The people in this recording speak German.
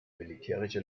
militärische